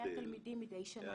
כ-1,100 תלמידים מדי שנה נכנסים.